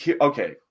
Okay